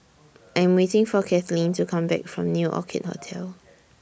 I Am waiting For Kathlyn to Come Back from New Orchid Hotel